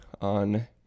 on